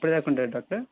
ఎప్పుడు దాకా ఉంటారు డాక్టర్